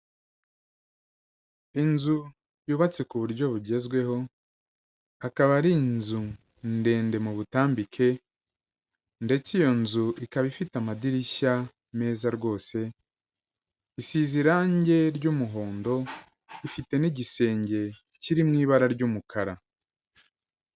Inzu yubatse ku buryo bugezweho, akaba ari inzu ndende mu butambike ndetse iyo nzu ikaba ifite amadirishya meza rwose, isize irange ry'umuhondo, ifite n'igisenge kiri mu ibara ry'umukara.